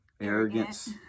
arrogance